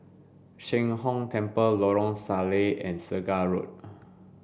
Sheng Hong Temple Lorong Salleh and Segar Road